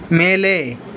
மேலே